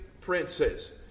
princes